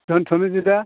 दोनथ'नोसै दे